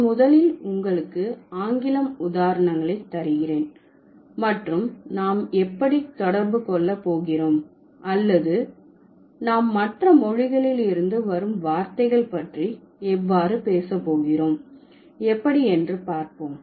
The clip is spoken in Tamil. நான் முதலில் உங்களுக்கு ஆங்கிலம் உதாரணங்களை தருகிறேன் மற்றும் நாம் எப்படி தொடர்பு கொள்ள போகிறோம் அல்லது நாம் மற்ற மொழிகளில் இருந்து வரும் வார்த்தைகள் பற்றி எவ்வாறு பேச போகிறோம் எப்படி என்று பார்ப்போம்